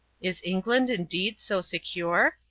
is england, indeed, so secure?